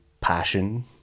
passion